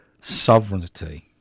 sovereignty